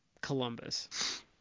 Columbus